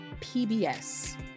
PBS